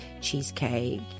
cheesecake